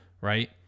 right